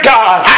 God